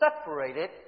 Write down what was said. separated